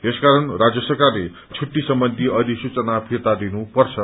यसकारण राज्य सरकारले छुट्टी सम्बन्ची अधिसूचना फिर्ता लिनुपर्छ